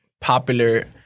popular